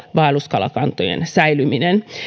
vaelluskalakantojen säilyminen